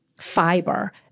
fiber